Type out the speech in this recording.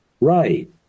Right